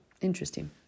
interesting